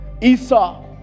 Esau